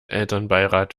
elternbeirat